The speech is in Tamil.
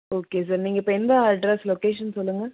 ஓகே சார் நீங்கள் இப்போ எந்த அட்ரெஸ் லொக்கேஷன் சொல்லுங்கள்